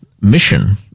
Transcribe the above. mission